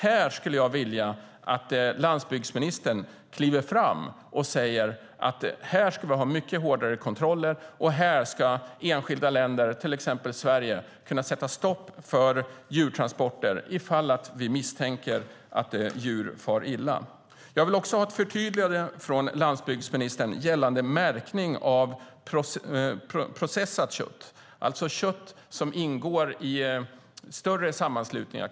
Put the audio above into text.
Här skulle jag vilja att landsbygdsministern kliver fram och säger att det ska bli hårdare kontroller och att enskilda länder, till exempel Sverige, ska kunna sätta stopp för djurtransporter om man misstänker att djur far illa. Jag vill också ha ett förtydligande från landsbygdsministern om märkning av processat kött, alltså kött som ingår i större sammanslutningar.